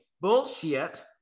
Bullshit